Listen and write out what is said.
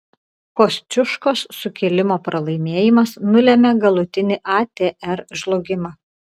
kosciuškos sukilimo pralaimėjimas nulėmė galutinį atr žlugimą